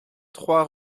trois